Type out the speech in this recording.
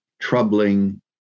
troubling